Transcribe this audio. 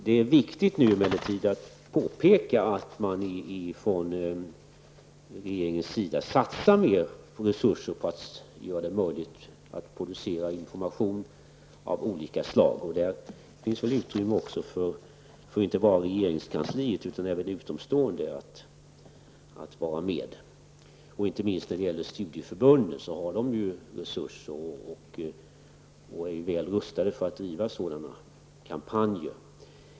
Det är emellertid viktigt att påpeka att man från regeringens sida nu satsar mer på resurser för att göra det möjligt att producera information av olika slag. Där finns det utrymme, inte bara för regeringskansliet utan också för utomstående, att delta. Inte minst studieförbunden har resurser och de är därför väl rustade att bedriva kampanjer av den här typen.